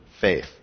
faith